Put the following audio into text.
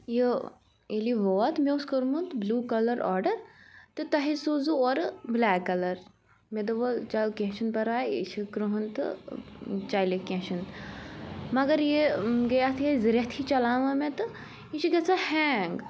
یہِ ییٚلہِ یہِ ووت مےٚ اوس کوٚرمُت بِلیٛوٗ کَلَر آرڈَر تہٕ تۄہے سوٗزوٕ اورٕ بُلیک کَلَر مےٚ دوٚپ وَلہٕ چَل کیٚنٛہہ چھُ نہٕ پَرواے یہِ چھُ کرٛہُن تہٕ چَلہِ کیٚنٛہہ چھُ نہٕ مگر یہِ گٔے اَتھ یہے زٕ رٮ۪تھٕ ہے چَلاوان مےٚ تہٕ یہِ چھُ گژھان ہینٛگ